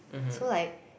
so like